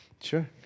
Sure